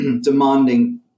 demanding